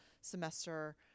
semester